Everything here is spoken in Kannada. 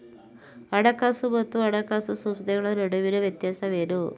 ಹಣಕಾಸು ಮತ್ತು ಹಣಕಾಸು ಸಂಸ್ಥೆಗಳ ನಡುವಿನ ವ್ಯತ್ಯಾಸವೇನು?